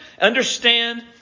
understand